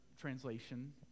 translation